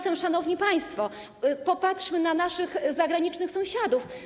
Szanowni państwo, popatrzmy zatem na naszych zagranicznych sąsiadów.